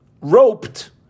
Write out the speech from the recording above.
roped